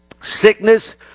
sickness